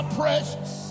precious